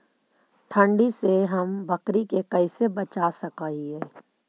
ठंडी से हम बकरी के कैसे बचा सक हिय?